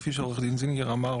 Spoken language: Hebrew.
כפי שעו"ד זינגר אמר,